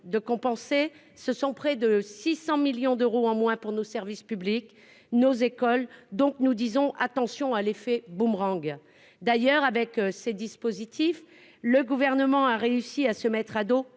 exonérations, ce sont près de 600 millions d'euros en moins pour nos services publics, nos écoles. Nous disons donc :« Attention à l'effet boomerang !» Avec ces dispositifs, le Gouvernement a réussi à se mettre à dos